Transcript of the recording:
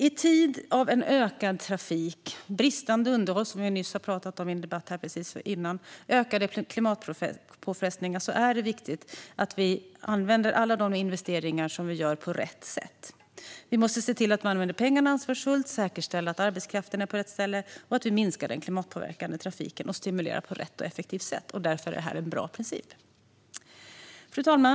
I en tid av ökad trafik, bristande underhåll, som vi nyss har talat om i förra debatten, och ökade klimatpåfrestningar är det viktigt att vi använder alla de investeringar som vi gör på rätt sätt. Vi måste använda pengarna ansvarfullt, säkerställa att arbetskraften är på rätt ställe och att vi minskar den klimatpåverkande trafiken och stimulerar på rätt och effektivt sätt. Därför är det här en bra princip. Fru talman!